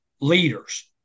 leaders